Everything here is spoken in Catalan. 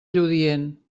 lludient